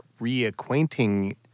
reacquainting